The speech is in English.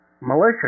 militia